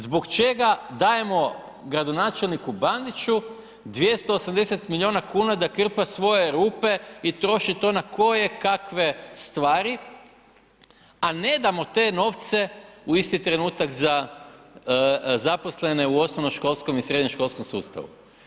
Zbog čega dajemo gradonačelniku Bandiću 280 milijuna kuna da krpa svoje rupe i troši to na koje kakve stvari a ne damo te novce u isti trenutak za zaposlene u osnovnoškolskom i srednjoškolskom sustavu.